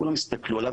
כולם הסתכלו עליו,